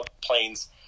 planes